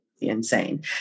insane